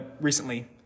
recently